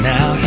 Now